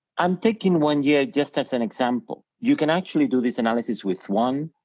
i'm taking one year just as an example, you can actually do this analysis with one,